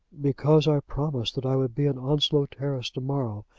because i promised that i would be in onslow terrace to-morrow,